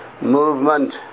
movement